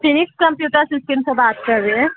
Phoenix computer system سے بات کر رہے ہیں